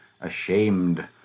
ashamed